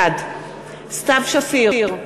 בעד סתיו שפיר,